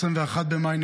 21 במאי,